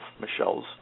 Michelle's